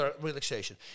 relaxation